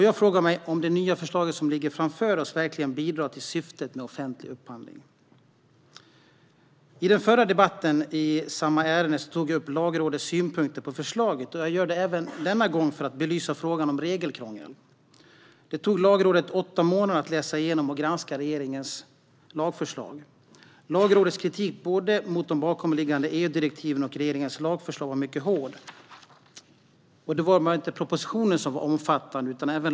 Jag frågar mig om det nya förslaget, som ligger framför oss, verkligen bidrar till syftet med offentlig upphandling. I den förra debatten i samma ärende tog jag upp Lagrådets synpunkter på förslaget. Jag gör det även denna gång, för att belysa frågan om regelkrångel. Det tog Lagrådet åtta månader att läsa igenom och granska regeringens lagförslag. Lagrådets kritik mot både de bakomliggande EU-direktiven och regeringens lagförslag var mycket hård. Det var inte bara propositionen som var omfattande.